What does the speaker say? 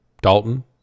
Dalton